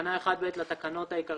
תיקון תקנה 1ב בתקנה 1ב לתקנות העיקריות,